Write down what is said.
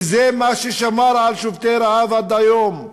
שזה מה ששמר על שובתי הרעב עד היום,